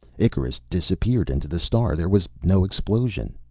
icarus disappeared into the star. there was no explosion.